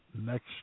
next